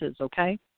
Okay